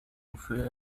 wofür